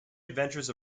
adventures